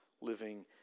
living